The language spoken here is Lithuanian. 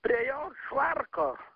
prie jo švarko